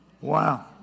Wow